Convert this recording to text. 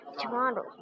tomorrow